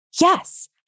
Yes